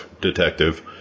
detective